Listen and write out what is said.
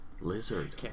lizard